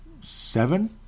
seven